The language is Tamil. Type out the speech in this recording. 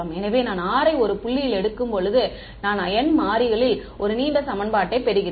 எனவே நான் r யை ஒரு புள்ளியில் எடுக்கும்போது நான் n மாறிகளில் ஒரு நீண்ட சமன்பாட்டைப் பெறுகிறேன்